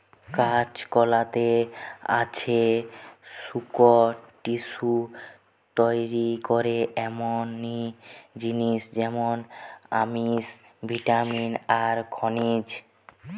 কাঁচকলাতে আছে শক্ত টিস্যু তইরি করে এমনি জিনিস যেমন আমিষ, ভিটামিন আর খনিজ